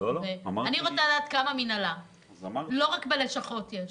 --- אני רוצה לדעת כמה מינהלה ולא רק בלשכות.